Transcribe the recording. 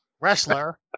Wrestler